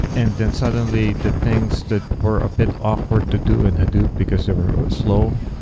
and then suddenly the things that were a bit awkward to do in hadoop, because they were slow.